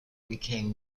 became